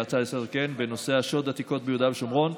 ההצעה לסדר-היום בנושא שוד עתיקות ביהודה ושומרון.